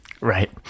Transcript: Right